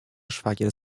szwagier